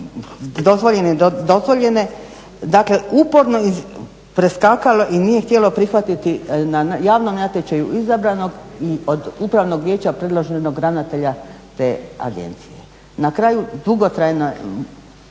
dozvoljene, dakle uporno preskakalo i nije htjelo prihvatiti na javnom natječaju izabranog i od Upravnog vijeća predloženog ravnatelja te agencije. Na kraju dugotrajne